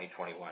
2021